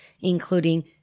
including